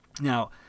Now